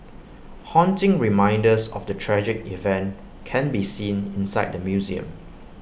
haunting reminders of the tragic event can be seen inside the museum